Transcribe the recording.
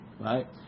Right